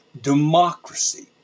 democracy